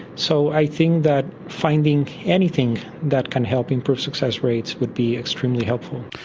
so i think that finding anything that can help improve success rates would be extremely helpful.